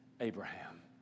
Abraham